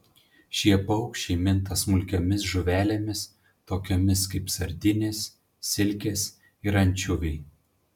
šie paukščiai minta smulkiomis žuvelėmis tokiomis kaip sardinės silkės ir ančiuviai